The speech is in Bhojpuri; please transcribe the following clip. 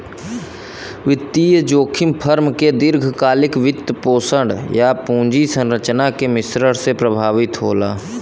वित्तीय जोखिम फर्म के दीर्घकालिक वित्तपोषण, या पूंजी संरचना के मिश्रण से प्रभावित होला